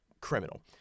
criminal